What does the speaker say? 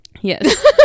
Yes